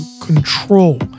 control